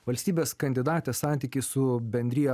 valstybės kandidatės santykį su bendrija